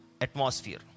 atmosphere